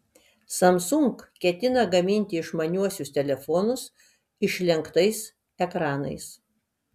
samsung ketina gaminti išmaniuosius telefonus išlenktais ekranais